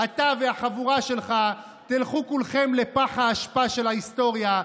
אתה והחבורה שלך תלכו כולכם לפח האשפה של ההיסטוריה,